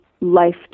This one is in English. life